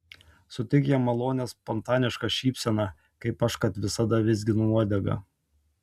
suteik jam malonią spontanišką šypseną kaip aš kad visada vizginu uodegą